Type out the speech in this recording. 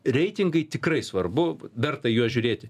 reitingai tikrai svarbu verta į juos žiūrėti